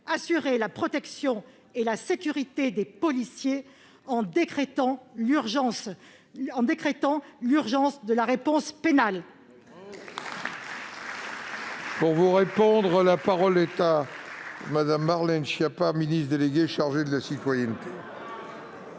assurer la protection et la sécurité des policiers en décrétant l'urgence de la réponse pénale